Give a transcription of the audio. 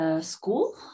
school